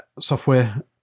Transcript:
software